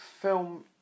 film